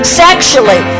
sexually